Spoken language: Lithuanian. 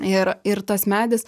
ir ir tas medis